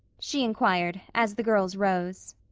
she inquired, as the girls rose.